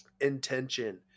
intention